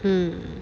mm